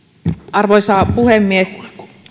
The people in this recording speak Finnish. arvoisa puhemies